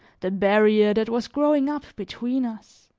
the barrier that was growing up between us,